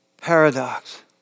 paradox